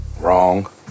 Wrong